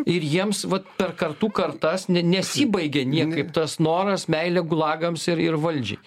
ir jiems vat per kartų kartas ne nesibaigė niekaip tas noras meilė gulagams ir ir valdžiai